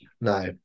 No